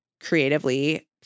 creatively